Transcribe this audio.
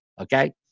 Okay